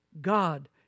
God